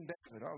David